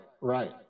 right